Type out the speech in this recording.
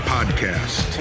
Podcast